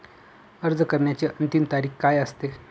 अर्ज करण्याची अंतिम तारीख काय असते?